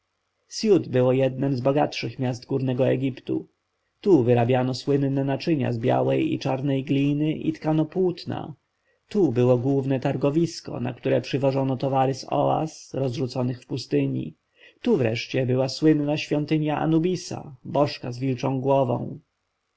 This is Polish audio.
siut było jednem z bogatszych miast górnego egiptu tu wyrabiano słynne naczynia z białej i czarnej gliny i tkano płótna tu było główne targowisko na które przywożono towary z oaz rozrzuconych w pustyni tu wreszcie była sławna świątynia anubisa bożka z wilczą głową